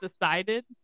decided